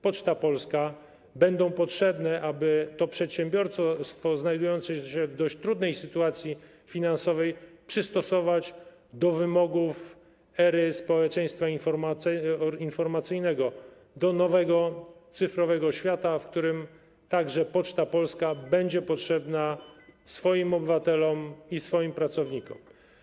Poczta Polska, będą potrzebne, aby to przedsiębiorstwo znajdujące się w dość trudnej sytuacji finansowej przystosować do wymogów ery społeczeństwa informacyjnego, do nowego, cyfrowego świata, w którym także Poczta Polska będzie potrzebna swoim obywatelom i swoim pracownikom.